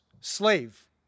slave